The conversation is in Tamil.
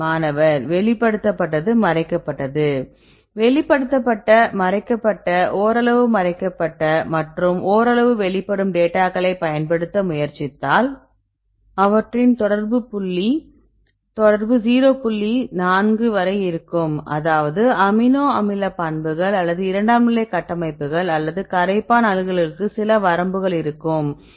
மாணவர் வெளிப்படுத்தப்பட்டது மறைக்கப்பட்டது வெளிப்படுத்தப்பட்ட மறைக்கப்பட்ட ஓரளவு மறைக்கப்பட்ட மற்றும் ஓரளவு வெளிப்படும் டேட்டாக்களை பயன்படுத்த முயற்சித்தால் அவற்றின் தொடர்பு 0 புள்ளி நான்கு வரை இருக்கும் அதாவது அமினோ அமில பண்புகள் அல்லது இரண்டாம் நிலை கட்டமைப்புகள் அல்லது கரைப்பான் அணுகல்களுக்கு சில வரம்புகள் இருக்கும் எனவே 0